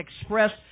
expressed